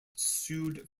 sued